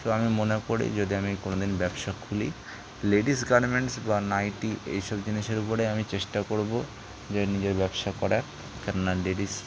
তো আমি মনে করি যদি আমি কোনো দিন ব্যবসা খুলি লেডিস গারমেন্টস বা নাইটি এই সব জিনিসের উপরে আমি চেষ্টা করবো যে নিজের ব্যবসা করার কেননা লেডিস